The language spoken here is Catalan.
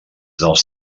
dels